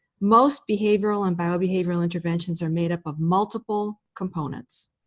most behavioral and biobehavioral interventions are made up of multiple components.